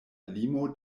limo